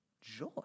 joy